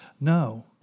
No